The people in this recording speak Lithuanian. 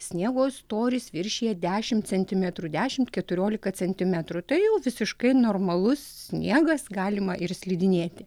sniego storis viršija dešim centimetrų dešimt keturiolika centimetrų tai jau visiškai normalus sniegas galima ir slidinėti